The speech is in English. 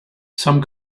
some